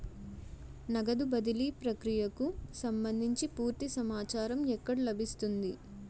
నగదు బదిలీ ప్రక్రియకు సంభందించి పూర్తి సమాచారం ఎక్కడ లభిస్తుంది?